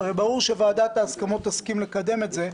הרי ברור שוועדת ההסכמות תסכים לקדם את זה.